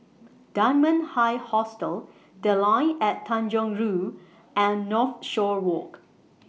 Dunman High Hostel The Line At Tanjong Rhu and Northshore Walk